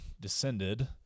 descended